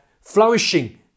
flourishing